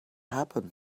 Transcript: happen